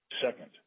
Second